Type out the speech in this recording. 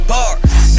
Bars